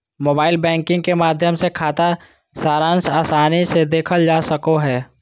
mobile banking के माध्यम से खाता सारांश आसानी से देखल जा सको हय